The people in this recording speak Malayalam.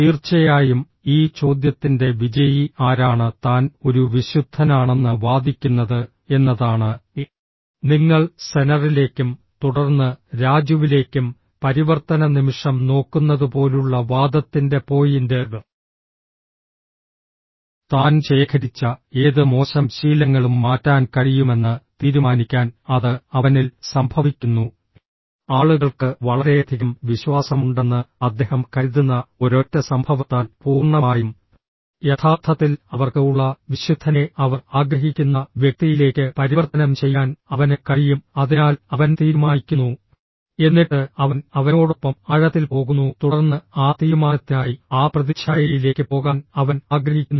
തീർച്ചയായും ഈ ചോദ്യത്തിൻ്റെ വിജയി ആരാണ് താൻ ഒരു വിശുദ്ധനാണെന്ന് വാദിക്കുന്നത് എന്നതാണ് നിങ്ങൾ സെനറിലേക്കും തുടർന്ന് രാജുവിലേക്കും പരിവർത്തന നിമിഷം നോക്കുന്നതുപോലുള്ള വാദത്തിന്റെ പോയിന്റ് താൻ ശേഖരിച്ച ഏത് മോശം ശീലങ്ങളും മാറ്റാൻ കഴിയുമെന്ന് തീരുമാനിക്കാൻ അത് അവനിൽ സംഭവിക്കുന്നു ആളുകൾക്ക് വളരെയധികം വിശ്വാസമുണ്ടെന്ന് അദ്ദേഹം കരുതുന്ന ഒരൊറ്റ സംഭവത്താൽ പൂർണ്ണമായും യഥാർത്ഥത്തിൽ അവർക്ക് ഉള്ള വിശുദ്ധനെ അവർ ആഗ്രഹിക്കുന്ന വ്യക്തിയിലേക്ക് പരിവർത്തനം ചെയ്യാൻ അവന് കഴിയും അതിനാൽ അവൻ തീരുമാനിക്കുന്നു എന്നിട്ട് അവൻ അവനോടൊപ്പം ആഴത്തിൽ പോകുന്നു തുടർന്ന് ആ തീരുമാനത്തിനായി ആ പ്രതിച്ഛായയിലേക്ക് പോകാൻ അവൻ ആഗ്രഹിക്കുന്നു